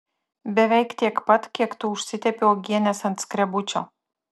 beveik tiek pat kiek tu užsitepi uogienės ant skrebučio